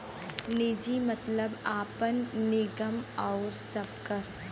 निजी मतलब आपन, निगम आउर सबकर